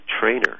trainer